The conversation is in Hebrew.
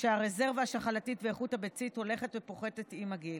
שהרזרבה השחלתית ואיכות הביצית הולכות ופוחתות עם הגיל.